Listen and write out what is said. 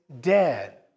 dead